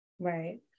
Right